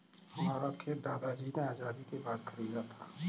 हमारा खेत दादाजी ने आजादी के बाद खरीदा था